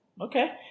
Okay